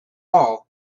all